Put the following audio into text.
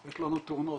יש לנו תאונות.